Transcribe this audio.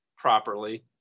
Properly